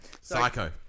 Psycho